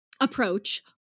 approach